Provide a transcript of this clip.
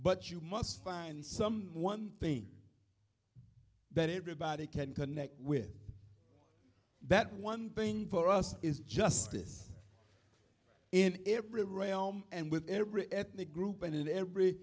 but you must find some one thing that it body can connect with that one thing for us is justice in every realm and with every ethnic group and in